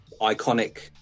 iconic